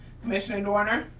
commissioner doerner.